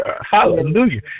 Hallelujah